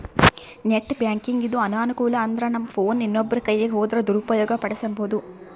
net ಬ್ಯಾಂಕಿಂಗಿಂದು ಅನಾನುಕೂಲ ಅಂದ್ರನಮ್ ಫೋನ್ ಇನ್ನೊಬ್ರ ಕೈಯಿಗ್ ಹೋದ್ರ ದುರುಪಯೋಗ ಪಡಿಸೆಂಬೋದು